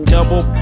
Double